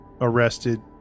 arrested